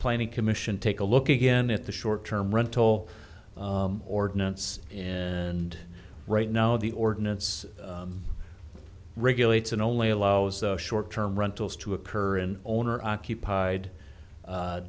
planning commission take a look again at the short term rental ordinance and right now the ordinance regulates and only allows short term rentals to occur in owner occupied